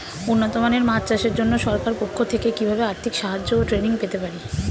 উন্নত মানের মাছ চাষের জন্য সরকার পক্ষ থেকে কিভাবে আর্থিক সাহায্য ও ট্রেনিং পেতে পারি?